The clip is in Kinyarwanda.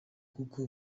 kuko